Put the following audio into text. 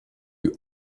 you